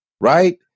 Right